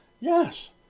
yes